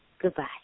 Goodbye